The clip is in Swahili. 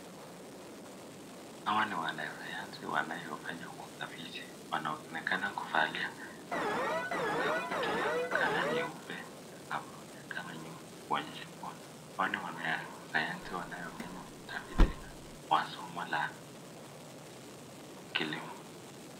Hawa ni wanasayansi wanaofanya utafiti. Wanaonekana kuvalia gambuti ya color nyeupe, aproni ya color nyeupe kuonyesha hawa ni wanasayansi wanaopenda utafiti wa somo la kilimo.